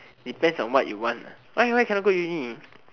depends on what you want why why you cannot go uni